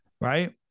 right